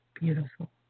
beautiful